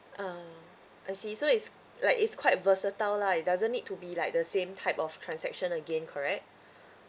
ah I see so it's like it's quite versatile lah it doesn't need to be like the same type of transaction again correct